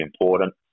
important